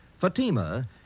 Fatima